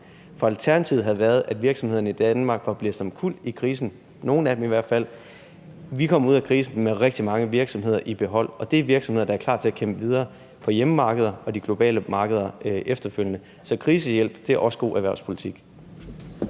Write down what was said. For alternativet havde været, at virksomhederne i Danmark var blæst omkuld i krisen – nogle af dem i hvert fald. Vi kom ud af krisen med rigtig mange virksomheder i behold, og det er virksomheder, der er klar til at kæmpe videre på hjemmemarkedet og de globale markeder efterfølgende. Så krisehjælp er også god erhvervspolitik.